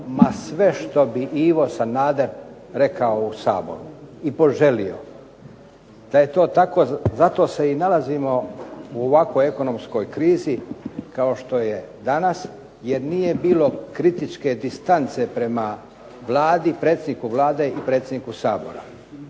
sve što bi Ivo Sanader rekao u Saboru i poželio. Da je to tako, zato se i nalazimo u ovakvoj ekonomskoj krizi kao što je danas jer nije bilo kritičke distance prema Vladi, predsjedniku Vlade i predsjedniku Sabora.